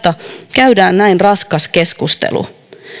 käydään näin raskas keskustelu